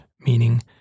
meaning